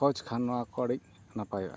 ᱠᱷᱚᱡᱽᱠᱷᱟᱱ ᱱᱚᱣᱟ ᱠᱚ ᱟᱹᱰᱤᱧ ᱱᱟᱯᱟᱭᱚᱜᱼᱟ